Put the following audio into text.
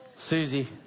Susie